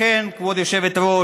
לכן כבוד היושבת-ראש,